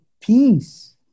peace